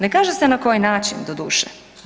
Ne kaže se na koji način doduše.